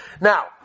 Now